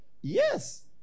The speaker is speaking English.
Yes